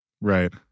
Right